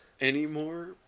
anymore